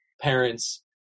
parents